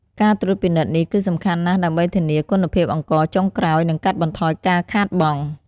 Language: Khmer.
ការត្រួតពិនិត្យនេះគឺសំខាន់ណាស់ដើម្បីធានាគុណភាពអង្ករចុងក្រោយ និងកាត់បន្ថយការខាតបង់។